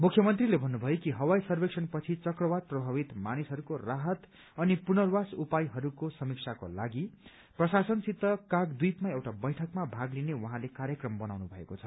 मुख्यमन्त्रीले भत्रुभयो कि हवाई सर्वेक्षण पछि चक्रवात प्रभावित मानिसहरूको राहत अनि पुनर्वास उपायहरूको समीक्षाको लागि प्रशासनसित काकद्वीपमा एउटा बैठकमा भाग लिने उहाँले कार्यक्रम बनाउनु भएको छ